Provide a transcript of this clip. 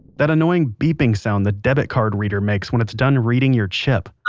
that annoying beeping sound the debit card reader makes when it's done reading your chip